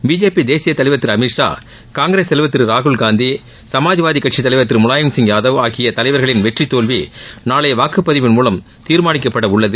BJP தேசிய தலைவர் திரு அமித்ஷா காங்கிரஸ் தலைவர் திரு ராகுல்காந்தி சமாஜ்வாதி கட்சித் தலைவர் திரு முலாயம்சிங் யாதவ் ஆகிய தலைவர்களின் வெற்றித்தோல்வி நாளைய வாக்குப்பதிவின் மூலம் தீர்மானிக்கப்பட உள்ளன